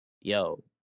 yo